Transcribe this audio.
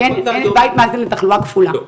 שאין בית מאזן לתחלואה כפולה,